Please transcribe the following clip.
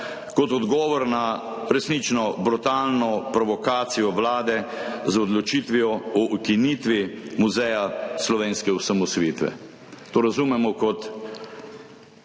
kot odgovor na resnično brutalno provokacijo Vlade z odločitvijo o ukinitvi Muzeja slovenske osamosvojitve. To razumemo kot